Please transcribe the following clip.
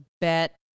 bet